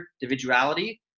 individuality